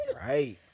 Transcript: right